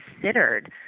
considered